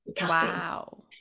wow